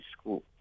school